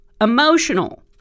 emotional